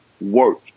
work